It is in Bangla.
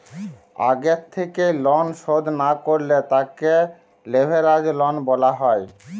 আগে থেক্যে লন শধ না করলে তাকে লেভেরাজ লন বলা হ্যয়